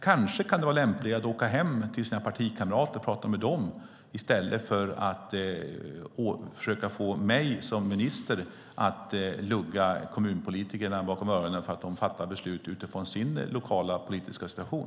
Kanske kan det vara lämpligt att åka hem till sina partikamrater och prata med dem i stället för att försöka få mig som minister att lugga kommunpolitikerna därför att de fattar beslut utifrån sin lokala politiska situation.